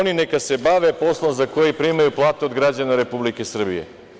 Znači, oni neka se bave poslom za koji primaju platu od građana Republike Srbije.